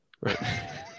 Right